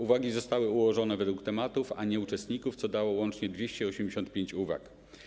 Uwagi zostały ułożone według tematów, a nie uczestników, co dało łącznie 285 uwag.